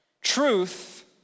Truth